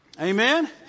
Amen